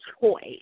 choice